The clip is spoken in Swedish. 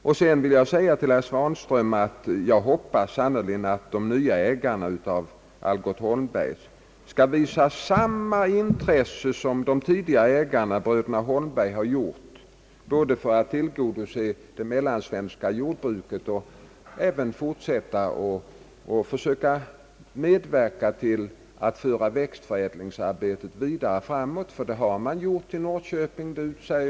Till herr Svanström vill jag säga, att jag hoppas att de nya ägarna av Algot Holmberg & Söner skall visa samma intresse som de tidigare, bröderna Holmberg, att tillgodose det mellansvenska jordbruket och även fortsätta att försöka medverka till att föra växtförädlingsarbetet vidare framåt. Så har nämligen skett i Norrköping.